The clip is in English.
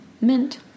Mint